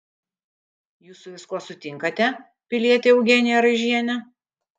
jūs su viskuo sutinkate piliete eugenija raižiene